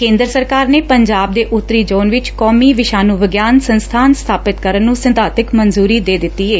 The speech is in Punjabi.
ਕੇਂਦਰ ਸਰਕਾਰ ਨੇ ਪੰਜਾਬ ਦੇ ਉੱਤਰੀ ਜੋਨ ਵਿਚ ਕੌਮੀ ਵਿਸ਼ਾਨੁੰ ਵਿਗਿਆਨ ਸੰਸਬਾਨ ਸਬਾਪਿਤ ਕਰਨ ਨੁੰ ਸਿਧਾਂਤਿਕ ਮਨਜੁਰੀ ਦੇ ਦਿੱਤੀ ਏ